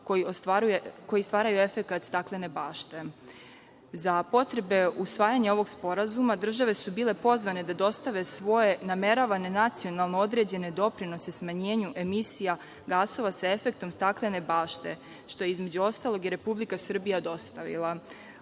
koji stvara efekat staklene bašte.Za potrebe usvajanja ovog sporazuma države su bile pozvane da dostave svoje nameravane nacionalno određene doprinose smanjenju emisija gasova sa efektom staklene bašte, što je između ostalog i Republika Srbija dostavila.